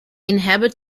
inhabit